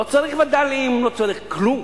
לא צריך וד"לים, לא צריך כלום,